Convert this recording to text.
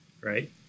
Right